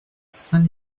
saint